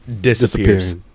disappears